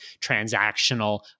transactional